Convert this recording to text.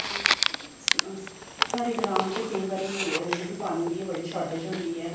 साढ़े ग्रां च केईं बारी जेह्ड़ी पानी दी बड़ी शार्टेज होंदी ऐ